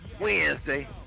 Wednesday